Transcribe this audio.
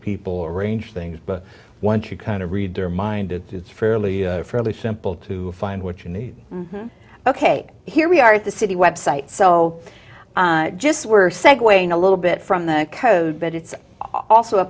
people arrange things but once you kind of read their mind it's fairly fairly simple to find what you need ok here we are at the city website so just were segue in a little bit from the code but it's also a